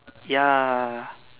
ya